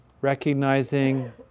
Recognizing